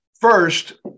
First